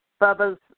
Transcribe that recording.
Bubba's